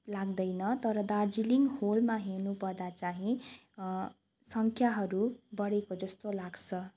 लाग्दैन तर दार्जिलिङ होलमा हेर्नु पर्दा चाहिँ सङ्ख्याहरू बढेको जस्तो लाग्छ